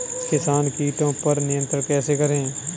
किसान कीटो पर नियंत्रण कैसे करें?